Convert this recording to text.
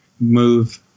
move